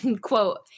quote